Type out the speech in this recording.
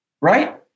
Right